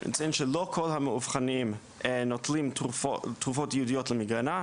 ממצאים שלא כל המאובחנים נוטלים תרופות ייעודיות למיגרנה.